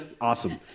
awesome